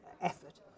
effort